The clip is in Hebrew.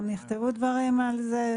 גם נכתבו על זה דברים.